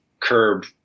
curb